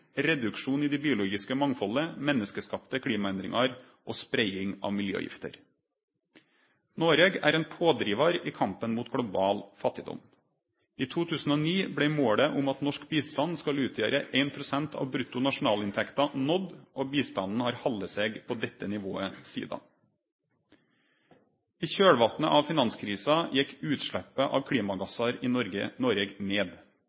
reduksjon i det biologiske mangfaldet, menneskeskapte klimaendringar og spreiing av miljøgifter. Noreg er ein pådrivar i kampen mot global fattigdom. I 2009 blei målet om at norsk bistand skal utgjere 1 pst. av bruttonasjonalinntekta, nådd, og bistanden har halde seg på dette nivået sidan. I kjølvatnet av finanskrisa gjekk utsleppa av klimagassar i Noreg ned.